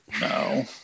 No